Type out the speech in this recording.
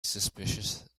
suspicious